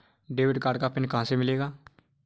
Debit card का PIN कहां से मिलेगा?